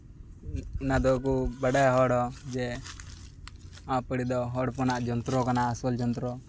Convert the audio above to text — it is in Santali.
ᱚᱱᱟ ᱫᱚᱵᱚᱱ ᱵᱟᱰᱟᱭᱟ ᱦᱚᱲ ᱦᱚᱸ ᱡᱮ ᱟᱜᱼᱟᱹᱯᱟᱹᱲᱤ ᱫᱚ ᱦᱚᱲ ᱦᱚᱯᱚᱱᱟᱜ ᱡᱚᱱᱛᱨᱚ ᱠᱟᱱᱟ ᱟᱥᱚᱞ ᱡᱚᱱᱛᱨᱚ